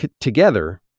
together